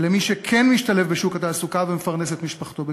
למי שכן משתלב בשוק התעסוקה ומפרנס את משפחתו בכבוד.